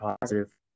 positive